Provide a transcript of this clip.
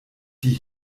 die